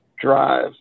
drive